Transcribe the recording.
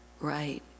right